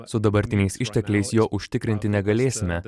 su dabartiniais ištekliais jo užtikrinti negalėsime